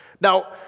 Now